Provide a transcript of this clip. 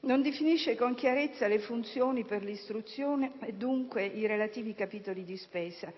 Non definisce con chiarezza le funzioni per l'istruzione e, dunque, i relativi capitoli di spesa;